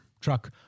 truck